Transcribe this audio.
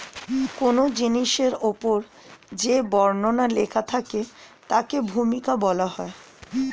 কোন জিনিসের উপর যে বর্ণনা লেখা থাকে তাকে ভূমিকা বলা হয়